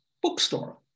bookstore